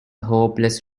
hopeless